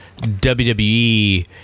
WWE